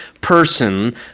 person